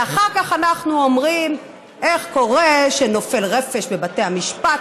ואחר כך אנחנו אומרים: איך קורה שנופל רפש בבתי המשפט,